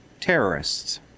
terrorists